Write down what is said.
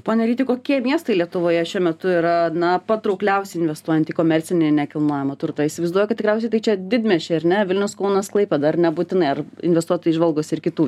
pone ryti kokie miestai lietuvoje šiuo metu yra na patraukliausi investuojant į komercinį nekilnojamą turtą įsivaizduoju kad tikriausiai tai čia didmiesčiai ar ne vilnius kaunas klaipėda ar nebūtinai ar investuotojai žvalgosi ir kitų